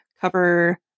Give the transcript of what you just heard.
cover